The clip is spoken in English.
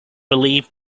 believed